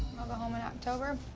go home in october.